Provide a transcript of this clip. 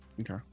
Okay